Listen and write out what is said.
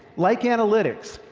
like analytics,